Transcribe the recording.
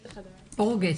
כרגע,